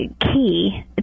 key